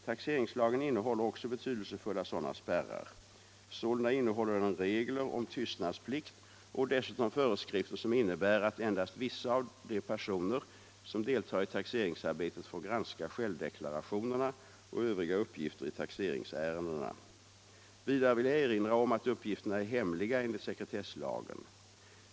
Taxeringslagen innehåller också betydelsefulla sådana spärrar, Sålunda innehåller den regler om tystnadsplikt och dessutom föreskrifter som innebär att endast vissa av de personer som deltar i taxeringsarbetet får granska självdeklarationerna och övriga uppgifter i taxeringsärendena, Vidare vill jag erinra om att uppgifterna är hemliga enligt sekretesslagen.